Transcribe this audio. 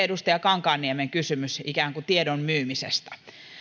edustaja kankaanniemellä oli kysymys ikään kuin tiedon myymisestä